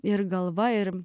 ir galva ir